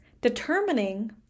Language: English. determining